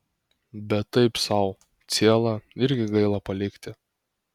bet taip sau cielą irgi gaila palikti